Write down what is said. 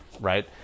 right